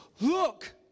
look